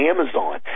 Amazon